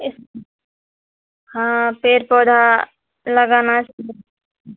हँ पेड़ पौधा लगाना चाही